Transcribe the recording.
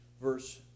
Verse